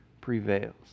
prevails